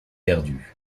perdues